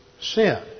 sin